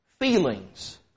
feelings